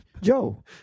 Joe